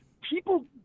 people